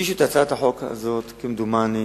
הגיש את הצעת החוק הזו כמדומני